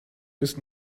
bis